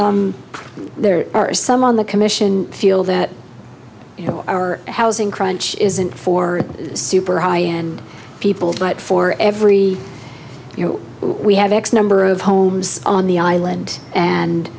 there are some on the commission feel that you know our housing crunch isn't for super high end people but for every you know we have x number of homes on the island and